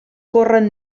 corren